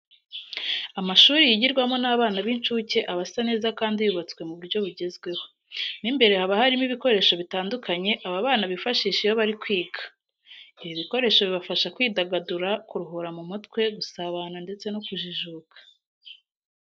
Amashuri yigirwamo n'abana b'incuke aba asa neza kandi yubatswe mu buryo bugezweho. Mo imbere haba harimo ibikoresho bitandukanye aba bana bifashisha iyo bari kwiga. Ibi bikoresho bibafasha kwidagadura, kuruhura mu mutwe, gusabana ndetse no kujijuka.